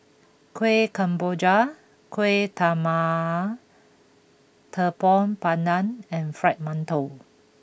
Kuih Kemboja Kuih Talam Tepong Pandan and Fried Mantou